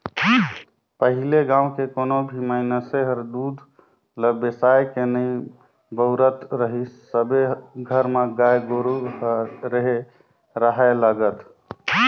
पहिले गाँव के कोनो भी मइनसे हर दूद ल बेसायके नइ बउरत रहीस सबे घर म गाय गोरु ह रेहे राहय लगत